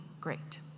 great